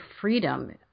freedom